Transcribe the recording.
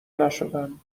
نشدم